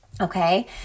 Okay